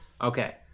Okay